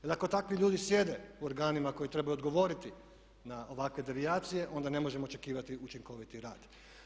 Jer ako takvi ljudi sjede u organima koji trebaju odgovoriti na ovakve devijacije onda ne možemo očekivati učinkoviti rad.